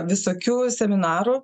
visokių seminarų